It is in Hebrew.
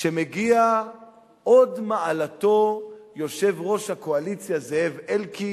שמגיע הוד מעלתו יושב-ראש הקואליציה זאב אלקין.